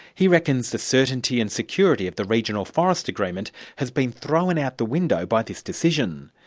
he reckons the certainty and security of the regional forest agreement has been thrown out the window by this decision.